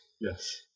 Yes